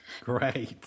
Great